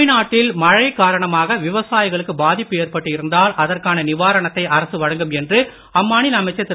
தமிழ்நாட்டில் மழை காரணமாக விவசாயிகளுக்கு பாதிப்பு ஏற்பட்டு இருந்தால் அதற்கான நிவாரணத்தை அரசு வழங்கும் என்று அம்மாநில அமைச்சர் திரு